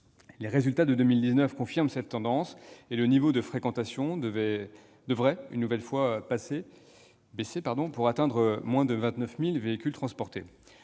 Les résultats de 2019 confirment cette tendance, et le niveau de fréquentation devrait une nouvelle fois baisser pour atteindre moins de 29 000 véhicules transportés.